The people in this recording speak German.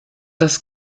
das